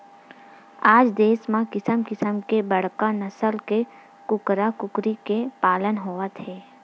आज देस म किसम किसम के बड़का नसल के कूकरा कुकरी के पालन होवत हे